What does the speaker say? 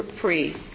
free